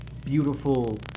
beautiful